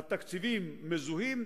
התקציבים מזוהים,